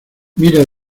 mira